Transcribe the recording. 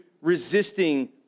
resisting